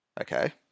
Okay